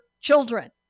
children